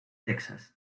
texas